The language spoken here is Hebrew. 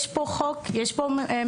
יש פה חוק, יש פה משפט.